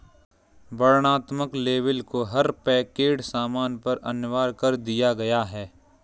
वर्णनात्मक लेबल को हर पैक्ड सामान पर अनिवार्य कर दिया गया है